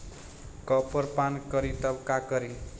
Copper पान करी तब का करी?